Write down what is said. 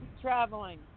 traveling